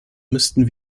müssten